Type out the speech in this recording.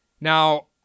Now